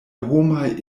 homaj